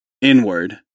inward